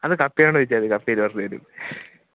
അത് കപ്യാരോട് ചോദിച്ചാൽ മതി കപ്യാർ പറഞ്ഞുതരും